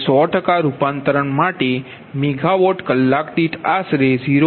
હવે 100 ટકા રૂપાંતર માટે મેગા વોટ કલાક દીઠ આશરે 0